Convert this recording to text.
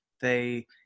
they-